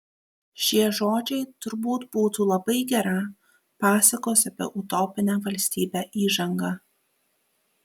šie žodžiai turbūt būtų labai gera pasakos apie utopinę valstybę įžanga